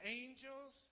angels